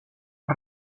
els